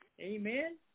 Amen